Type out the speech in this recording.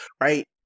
right